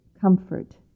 comfort